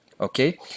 okay